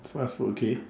fast food okay